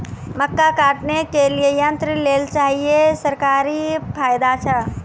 मक्का काटने के लिए यंत्र लेल चाहिए सरकारी फायदा छ?